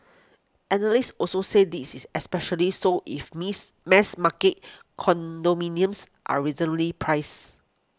analysts also said this is especially so if miss mass market condominiums are reasonably priced